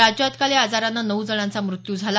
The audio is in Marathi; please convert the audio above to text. राज्यात काल या आजारानं नऊ जणांचा मृत्यू झाला